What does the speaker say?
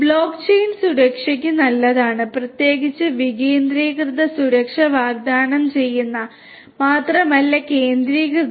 block chain സുരക്ഷയ്ക്ക് നല്ലതാണ് പ്രത്യേകിച്ച് വികേന്ദ്രീകൃത സുരക്ഷ വാഗ്ദാനം ചെയ്യുന്നു മാത്രമല്ല കേന്ദ്രീകൃതവും